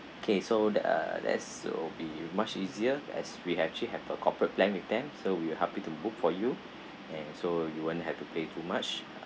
okay so th~ uh that's will be much easier as we have actually have a corporate plan with them so we will help you to book for you and so you won't have to pay too much